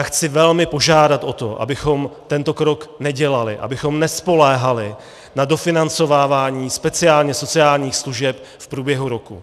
Chci velmi požádat o to, abychom tento krok nedělali, abychom nespoléhali na dofinancovávání speciálně sociálních služeb v průběhu roku.